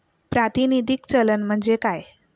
प्रातिनिधिक चलन म्हणजे काय?